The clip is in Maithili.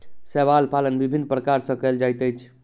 शैवाल पालन विभिन्न प्रकार सॅ कयल जाइत अछि